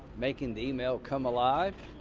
making the email come alive.